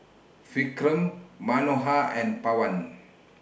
Vikram Manohar and Pawan